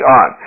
on